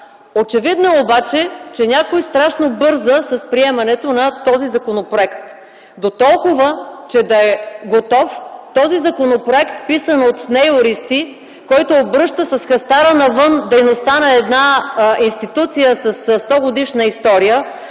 Очевидно е обаче, че някой страшно бърза с приемането на този законопроект - дотолкова, че да е готов, този законопроект, писан от неюристи, който обръща с хастара навън дейността на една институция със 100-годишна история,